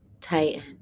Tighten